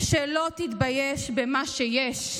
שלא תתבייש במה שיש.